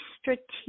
strategic